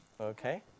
okay